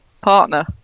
partner